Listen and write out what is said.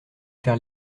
faire